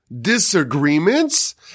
disagreements